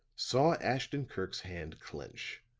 saw ashton-kirk's hand clench,